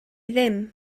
ddim